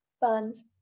Buns